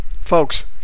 Folks